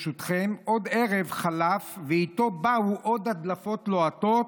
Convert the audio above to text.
ברשותכם: עוד ערב חלף ואיתו באו עוד הדלפות לוהטות